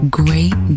great